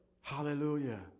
Hallelujah